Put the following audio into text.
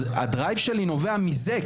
הדרייב שלי נובע מזה,